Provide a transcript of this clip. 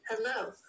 Hello